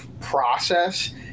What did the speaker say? process